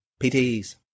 PTs